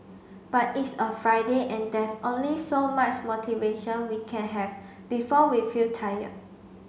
but it's a Friday and there's only so much motivation we can have before we feel tired